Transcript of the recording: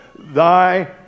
thy